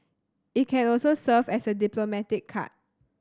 it can also serve as a diplomatic card